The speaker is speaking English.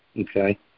okay